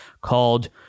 called